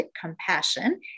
Compassion